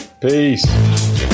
Peace